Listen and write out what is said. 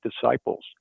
disciples